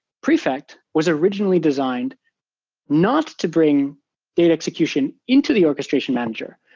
prefect was originally designed not to bring data execution into the orchestration manager,